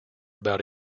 about